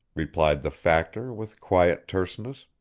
replied the factor with quiet terseness.